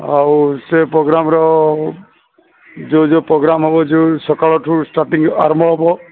ଆଉ ସେ ପ୍ରୋଗ୍ରାମ୍ର ଯୋଉ ଯୋଉ ପ୍ରୋଗ୍ରାମ୍ ହେବ ଯୋଉ ସକାଳଠୁ ଷ୍ଟାର୍ଟିଙ୍ଗ୍ ଆରମ୍ଭ ହେବ